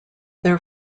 their